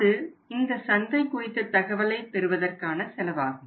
அது இந்த சந்தை குறித்த தகவலை பெறுவதற்கான செலவாகும்